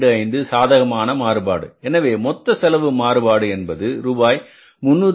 25 சாதகமான மாறுபாடு எனவே மொத்த செலவு மாறுபாடு என்பது ரூபாய் 376